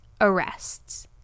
arrests